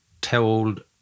told